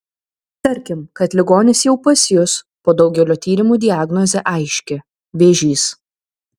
tarkim kad ligonis jau pas jus po daugelio tyrimų diagnozė aiški vėžys